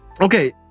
Okay